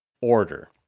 order